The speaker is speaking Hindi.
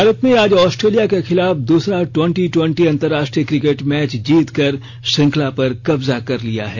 भारत ने आज ऑस्ट्रेलिया के खिलाफ दूसरा टवेंटी टवेंटी अंतर्राष्ट्रीय क्रिकेट मैच जीत कर श्रंखला पर कब्जा कर लिया है